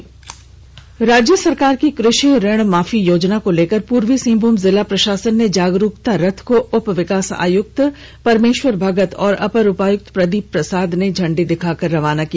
झारखंड सरकार की कृषि ऋण माफी योजना को लेकर पूर्वी सिंहभूम जिला प्रशासन ने जागरूकता रथ को उपविकास आयुक्त परमेश्वर भगत और अपर उपायुक्त प्रदीप प्रसाद ने झंडी दिखाकर रवाना किया